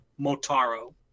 Motaro